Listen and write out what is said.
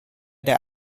der